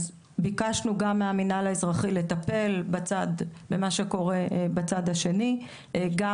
אז ביקשנו גם מהמנהל האזרחי לטפל במה שקורה בצד השני גם